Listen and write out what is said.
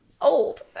old